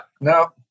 no